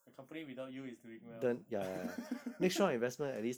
the company without you is doing well